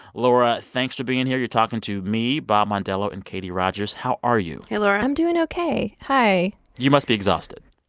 laura, thanks for being here. you're talking to me, bob mondello and katie rogers. how are you? hey, laura i'm doing ok. hi you must be exhausted